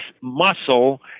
muscle